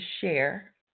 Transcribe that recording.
share